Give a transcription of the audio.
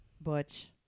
Butch